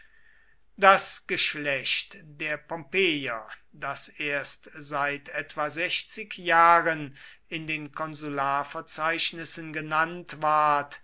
das geschlecht der pompeier das erst seit etwa sechzig jahren in den konsularverzeichnissen genannt ward